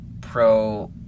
pro